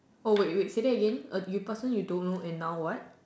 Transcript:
oh wait wait say that again a the person you don't know is now what